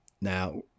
Now